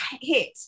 hit